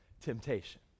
temptation